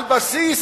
על בסיס כלכלי.